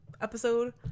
episode